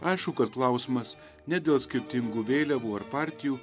aišku kad klausimas ne dėl skirtingų vėliavų ar partijų